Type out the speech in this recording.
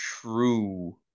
true